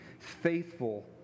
faithful